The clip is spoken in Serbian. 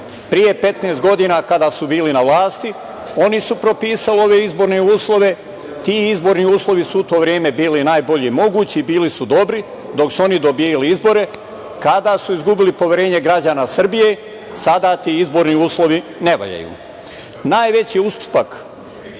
pre 15 godina kada su bili na vlasti, oni su propisali ove izborne uslove, ti izborni uslovi su u to vreme bili najbolji mogući, bili su dobri dok su oni dobijali izbore. Kada su izgubili poverenje građana Srbije, sada ti izborni uslovi ne